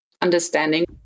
understanding